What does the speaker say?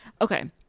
Okay